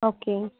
okay